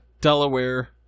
Delaware